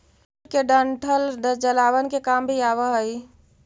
jute के डंठल जलावन के काम भी आवऽ हइ